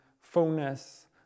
fullness